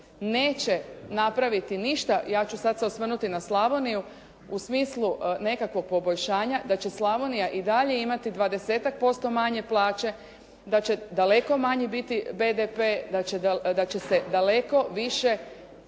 neće napraviti ništa, ja ću sad se osvrnuti na Slavoniju u smislu nekakvog poboljšanja da će Slavonija i dalje imati 20-tak posto manje plaće, da će daleko manji biti BDP, da će se daleko više